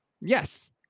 Yes